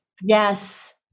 Yes